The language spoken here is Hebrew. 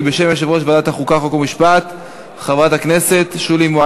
אנחנו עוברים, חברי חברי הכנסת, להצעת החוק